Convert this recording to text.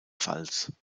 pfalz